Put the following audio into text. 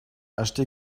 acheter